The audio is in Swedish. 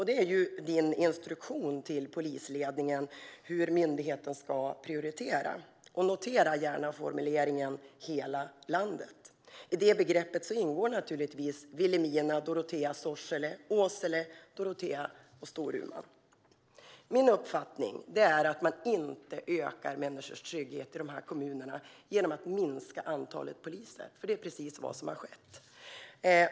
Det är din instruktion till polisledningen, Morgan Johansson, om hur myndigheten ska prioritera. Notera gärna formuleringen "hela landet"! I det begreppet ingår naturligtvis Vilhelmina, Dorotea, Sorsele, Åsele, Lycksele och Storuman. Min uppfattning är att man inte ökar människors trygghet i dessa kommuner genom att minska antalet poliser, för det är precis vad som har skett.